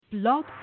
Blog